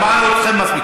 שמענו אתכם מספיק.